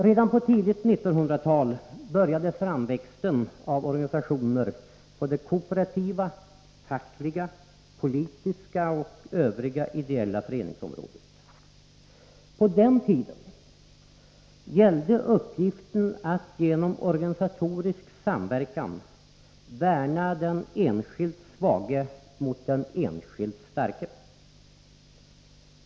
Redan på tidigt 1900-tal började framväxten av organisationer på det kooperativa, fackliga, politiska och det övriga ideella föreningsområdet. På den tiden gällde uppgiften att genom organisatorisk samverkan värna den enskilt svage mot den enskilt starke.